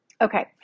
Okay